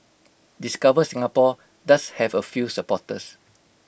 discover Singapore does have A few supporters